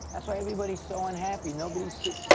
that's why everybody's so unhappy, nobody sits.